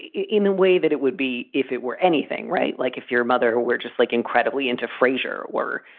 in the way that it would be if it were anything. right. like, if you're a mother who we're just like incredibly into frazier were,